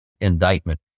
indictment